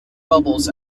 bubbles